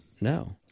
No